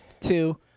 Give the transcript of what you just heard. two